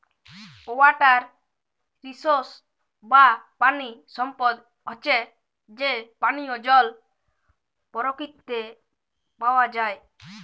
water resource বা পানি সম্পদ হচ্যে যে পানিয় জল পরকিতিতে পাওয়া যায়